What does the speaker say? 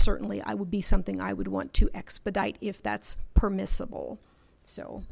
certainly i would be something i would want to expedite if that's permissible so